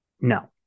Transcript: No